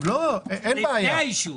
צריך להיות לפני האישור.